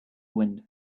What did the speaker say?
wind